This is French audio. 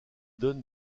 donnent